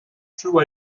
true